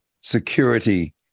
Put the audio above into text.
security